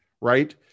right